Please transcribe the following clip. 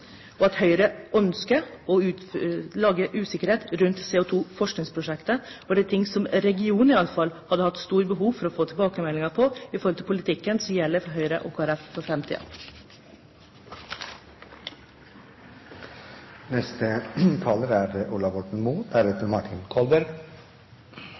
og at Høyre ønsker å skape usikkerhet rundt CO2-forskningsprosjektet. Dette er ting som regionen i alle fall hadde hatt stort behov for å få tilbakemeldinger på, med tanke på politikken som gjelder for Høyre og Kristelig Folkeparti for framtiden. Den store saken i dag er